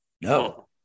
No